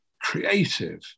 creative